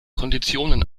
konditionen